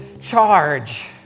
charge